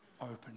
open